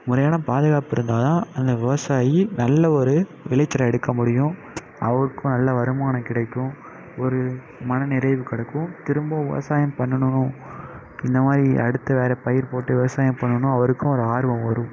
முறையான பாதுகாப்பு இருந்தால்தான் அந்த விவசாயி நல்ல ஒரு விளைச்சலை எடுக்க முடியும் அவருக்கும் நல்ல வருமானம் கிடைக்கும் ஒரு மன நிறைவு கிடைக்கும் திரும்ப விவசாயம் பண்ணணும் இந்தமாதிரி அடுத்து வேறு பயிர் போட்டு விவசாயம் பண்ணணும் அவருக்கும் ஒரு ஆர்வம் வரும்